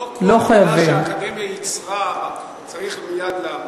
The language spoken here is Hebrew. לא כל מילה שהאקדמיה יצרה צריך מייד לאמץ.